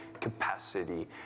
capacity